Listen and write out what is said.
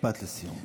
משפט לסיום.